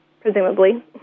presumably